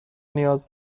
نیاز